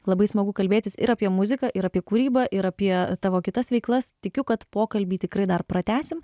labai smagu kalbėtis ir apie muziką ir apie kūrybą ir apie tavo kitas veiklas tikiu kad pokalbį tikrai dar pratęsim